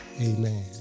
Amen